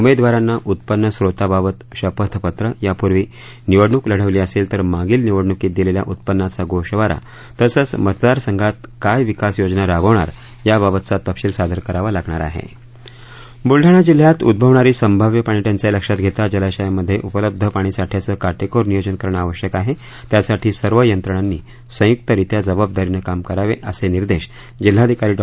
उमेदवारांना उत्पन्न स्रोताबाबत शपथ पत्र यापूर्वी निवडणूक लढवली असेल तर मागील निवडणूकीत दिलेल्या उत्पन्नाचा गोषवारा तसंच मतदार संघात काय विकास योजना राबवणार याबाबतचा तपशील सादर करावा लागणार आहे बुलडाणा जिल्ह्यात उद्ववणारी संभाव्य पाणी टंचाई लक्षात घेता जलाशयांमध्ये उपलब्ध पाणी साठ्याचं काटेकोर नियोजन करणं आवश्यक आहे त्यासाठी सर्व यंत्रणांनी संयुक्तरित्या जबाबदारीने काम करावं असे निदेंश जिल्हाधिकारी डॉ